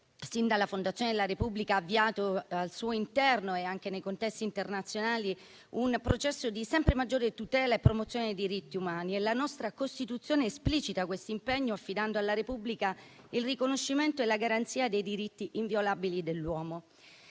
sin dalla fondazione della Repubblica, ha avviato al suo interno e anche nei contesti internazionali un processo di sempre maggiore tutela e promozione dei diritti umani e la nostra Costituzione esplicita questo impegno affidando alla Repubblica il riconoscimento e la garanzia dei diritti inviolabili dell'uomo.